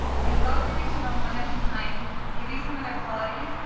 i'm gonna go through each of them one at a time, give you some of their qualities,